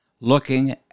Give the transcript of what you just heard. looking